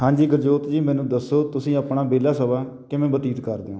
ਹਾਂਜੀ ਗੁਰਜੋਤ ਜੀ ਮੈਨੂੰ ਦੱਸੋ ਤੁਸੀਂ ਆਪਣਾ ਵਿਹਲਾ ਸਮਾਂ ਕਿਵੇਂ ਬਤੀਤ ਕਰਦੇ ਹੋ